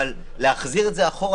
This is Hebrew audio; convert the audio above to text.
להחזיר את זה אחורה,